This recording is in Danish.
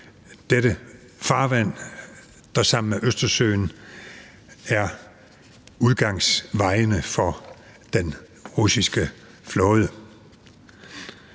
Dette farvand, der sammen med Østersøen er udgangsvejene for den russiske flåde.